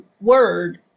word